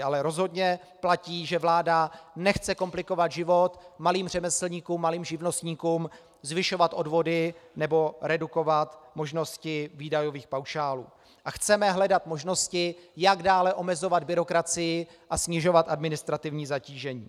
Ale rozhodně platí, že vláda nechce komplikovat život malým řemeslníkům, malým živnostníkům, zvyšovat odvody nebo redukovat možnosti výdajových paušálů, a chceme hledat možnosti, jak dále omezovat byrokracii a snižovat administrativní zatížení.